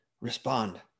respond